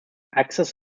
access